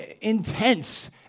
intense